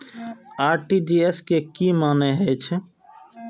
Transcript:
RTGS के की मानें हे छे?